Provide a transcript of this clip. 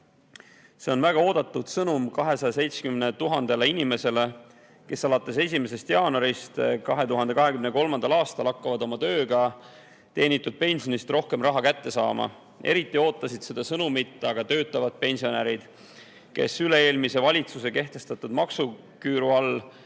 See on väga oodatud sõnum 270 000 inimesele, kes alates 1. jaanuarist 2023. aastal hakkavad oma tööga teenitud pensionist rohkem raha kätte saama. Eriti ootasid seda sõnumit aga töötavad pensionärid, kes üle-eelmise valitsuse kehtestatud maksuküüru all